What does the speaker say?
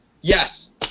yes